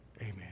Amen